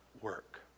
work